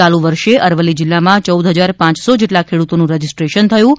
ચાલુ વર્ષે અરવલ્લી જિલ્લામાં ચૌદ ફજાર પાંચસો જેટલા ખેડૂતોનું રજિસ્ટ્રેશન થયું હતું